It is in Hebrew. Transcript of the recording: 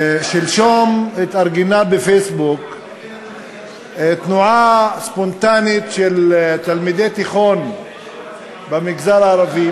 שלשום התארגנה בפייסבוק תנועה ספונטנית של תלמידי תיכון במגזר הערבי,